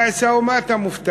אמרה: עיסאווי, מה אתה מופתע?